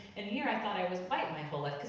and here i thought i was white my whole life,